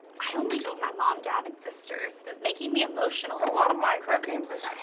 i only told my mom, dad, and sisters. this is making me emotional. and a lot of minecraft gameplays